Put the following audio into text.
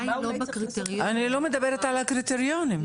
אני לא מדברת על הקריטריונים.